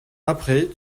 après